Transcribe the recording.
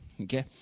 Okay